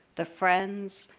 the friends,